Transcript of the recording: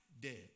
dead